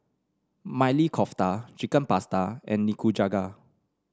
Maili Kofta Chicken Pasta and Nikujaga